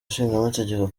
nshingamategeko